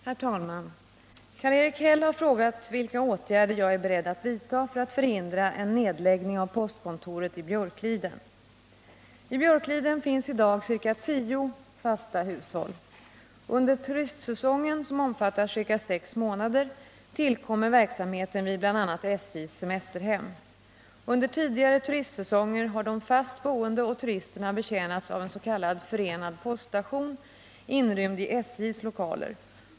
Herr talman! Karl-Erik Häll har frågat vilka åtgärder jag är beredd att vidta för att förhindra en nedläggning av postkontoret i Björkliden. I Björkliden finns i dag ca tio fasta hushåll. Under turistsäsongen, som omfattar ca sex månader, tillkommer verksamheten vid bl.a. SJ:s semesterhem. Under tidigare turistsäsonger har de fast boende och turisterna betjänats av en s.k. förenad poststation inrymd i SJ:s lokaler.